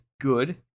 good